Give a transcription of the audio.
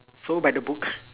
so by the book